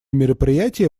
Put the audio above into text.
мероприятия